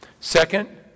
Second